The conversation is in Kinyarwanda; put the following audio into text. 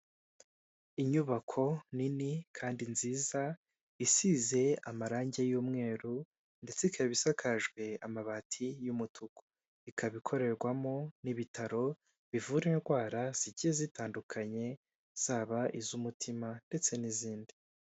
Inyubako nini kandi nziza isize amarangi y'umweru ndetse ikaba isakajwe amabati y'umutuku, ikaba ikorerwamo n'ibitaro bivura indwara zigiye zitandukanye zaba iz'umutima ndetse n'izindi.